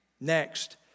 Next